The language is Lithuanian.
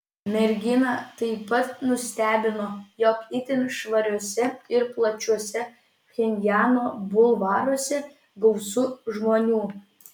merginą taip pat nustebino jog itin švariuose ir plačiuose pchenjano bulvaruose gausu žmonių